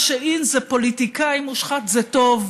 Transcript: מה שאִין זה שפוליטיקאי מושחת זה טוב,